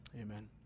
Amen